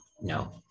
no